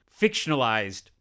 fictionalized